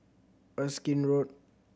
Erskine Road